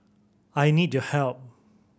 I need your help